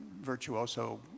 virtuoso